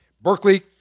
Berkeley